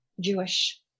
Jewish